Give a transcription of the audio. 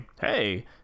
hey